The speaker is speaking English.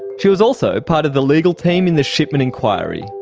she was also part of the legal team in the shipman inquiry,